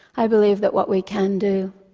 i believe that what we can do,